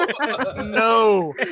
no